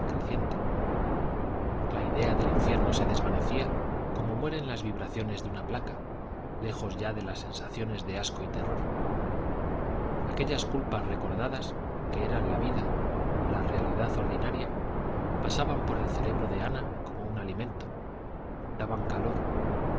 la idea del infierno se desvanecía como mueren las vibraciones de una placa lejos ya de las sensaciones de asco y terror aquellas culpas recordadas que eran la vida la realidad ordinaria pasaban por el cerebro de ana como un alimento daban